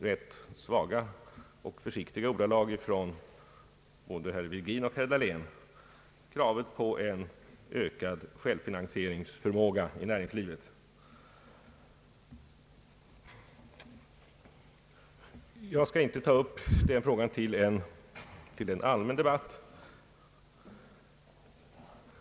Det kravet kommer igen i dag från både herr Virgin och herr Dahlén, fast av naturliga skäl i rätt vaga och försiktiga ordalag. Jag skall inte ta upp den frågan till en allmän debatt.